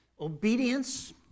obedience